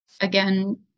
again